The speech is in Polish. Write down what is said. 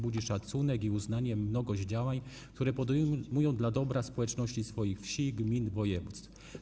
Budzi szacunek i uznanie mnogość działań, które koła podejmują dla dobra społeczności swoich wsi, gmin, województw.